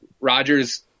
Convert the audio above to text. Rogers